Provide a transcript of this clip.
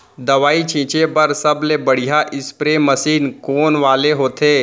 दवई छिंचे बर सबले बढ़िया स्प्रे मशीन कोन वाले होथे?